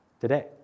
today